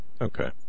okay